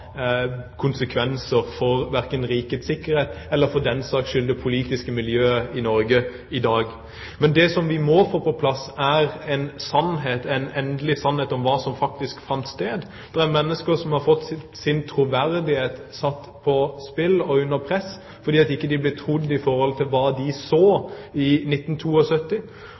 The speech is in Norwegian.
konsekvenser for verken rikets sikkerhet eller for den saks skyld for det politiske miljøet i Norge i dag. Men det vi må få på plass, er en sannhet – endelig sannhet – om hva som faktisk fant sted. Det er mennesker som har fått sin troverdighet satt på spill og under press, fordi de ikke ble trodd på hva de så i